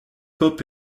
hop